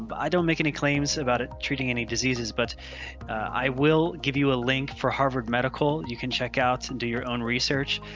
but i don't make any claims about ah treating any diseases. but i will give you a link for harvard medical you can check out and do your own research.